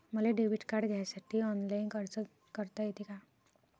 मले debit card घ्यासाठी online अर्ज करता येते का?